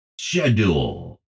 schedule